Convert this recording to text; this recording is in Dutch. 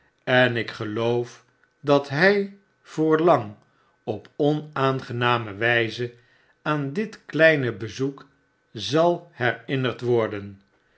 en ik geloof dat hy voor lang op onaangenarae wyze aan dit kleine bezoek zal herinnerd worden